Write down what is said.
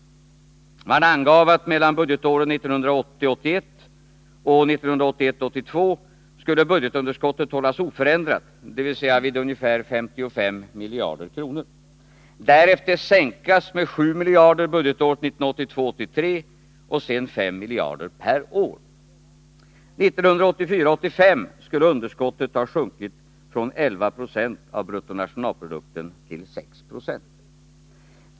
Man angav att mellan budgetåren 1980 82 skulle budgetunderskottet hållas oförändrat, dvs. vid 55 miljarder, därefter sänkas med 7 miljarder budgetåret 1982 85 skulle underskottet ha sjunkit från 11 26 av BNP till 6 26.